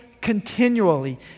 continually